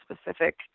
specific